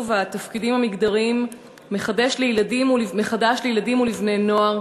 התפקידים המגדריים מחדש לילדים ולבני-נוער,